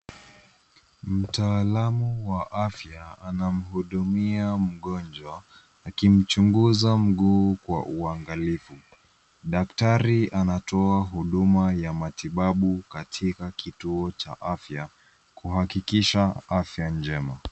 Mtaalamu wa afya anamhudumia mgonjwa akimchunguza mguu kwa uangalifu. Daktari anatoa huduma ya matibabu katika kituo cha afya kuhakikisha afya njema.